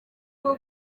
bwo